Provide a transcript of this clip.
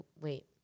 wait